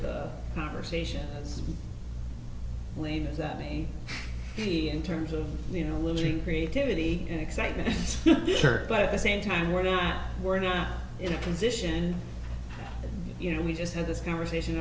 the conversation as lame as that may be in terms of you know losing creativity and excitement but at the same time we're now we're now in a position you know we just had this conversation